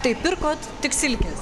tai pirkot tik silkės